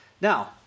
Now